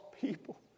people